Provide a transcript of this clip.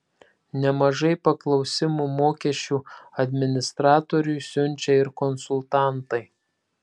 nemažai paklausimų mokesčių administratoriui siunčia ir konsultantai